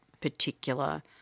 particular